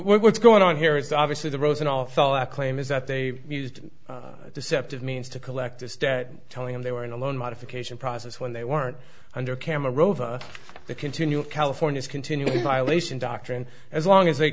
what's going on here is obviously the rose and all fall that claim is that they used deceptive means to collect this debt telling them they were in a loan modification process when they weren't under camera rover the continual californias continue violation doctrine as long as they